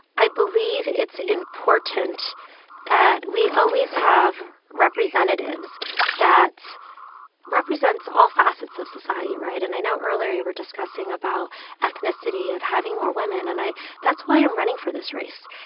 i believe it's important that we always have representatives that represents all facets of society, right? and i know earlier, you were discussing about ethnicity, of having more women. and i that's why i'm running for this race.